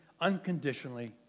unconditionally